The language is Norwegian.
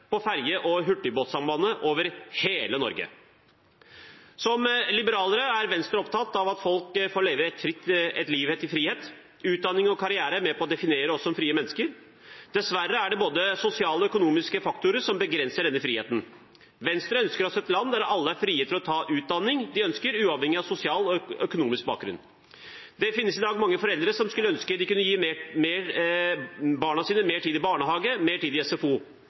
på ferje- og hurtigbåtsamband over hele Norge. Som liberalere er Venstre opptatt av at folk får leve et liv i frihet. Utdanning og karriere er med på å definere oss som frie mennesker. Dessverre er det både sosiale og økonomiske faktorer som begrenser denne friheten. Venstre ønsker et land der alle er frie til å ta den utdanningen de ønsker, uavhengig av sosial og økonomisk bakgrunn. Det finnes i dag mange foreldre som skulle ønske de kunne gi barna sine mer tid i barnehage eller mer tid i SFO,